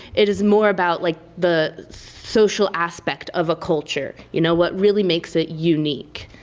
it is more about, like, the social aspect of a culture, you know? what really makes it unique.